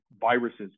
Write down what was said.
viruses